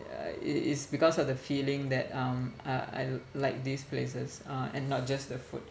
ya it's it's because of the feeling that um uh I like these places uh and not just the food